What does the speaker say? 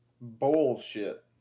Bullshit